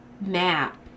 map